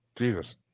Jesus